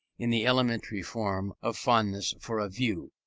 in the elementary form of fondness for a view.